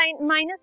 minus